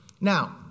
Now